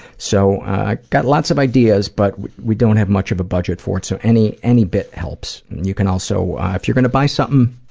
so, i've got lots of ideas but we don't have much of a budget for it, so any any bit helps. you can also, if you're gonna buy something